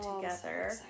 together